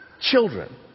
children